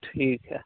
ठीक है